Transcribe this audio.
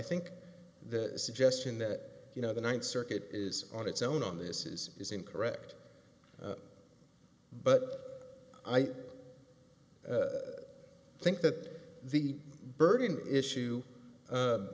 think the suggestion that you know the ninth circuit is on its own on this is is incorrect but i think that the burden issue